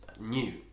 new